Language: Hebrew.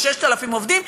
כ-6,000 עובדים.